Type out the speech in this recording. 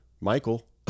Michael